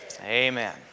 Amen